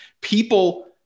people